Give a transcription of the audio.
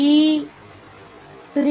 ಈ 3